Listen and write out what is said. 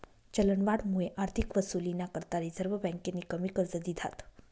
चलनवाढमुये आर्थिक वसुलीना करता रिझर्व्ह बँकेनी कमी कर्ज दिधात